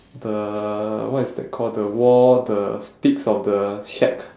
the what is that called the wall the sticks of the shack